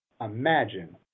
Imagine